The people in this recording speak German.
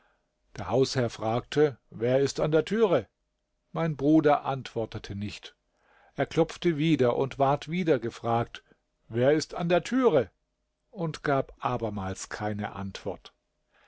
der hausherr fragte wer ist an der türe mein bruder antwortete nicht er klopfte wieder und ward wieder gefragt wer ist an der türe und gab abermals keine antwort